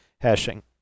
hashing